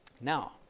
Now